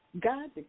God